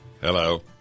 Hello